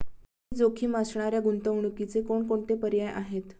कमी जोखीम असणाऱ्या गुंतवणुकीचे कोणकोणते पर्याय आहे?